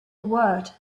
word